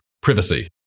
Privacy